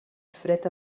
fred